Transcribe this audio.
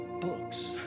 books